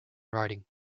writing